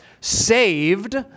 saved